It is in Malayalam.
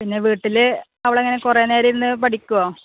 പിന്നെ വീട്ടിൽ അവളെങ്ങനെ കുറേ നേരം ഇരുന്ന് പഠിക്കുവോ